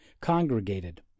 congregated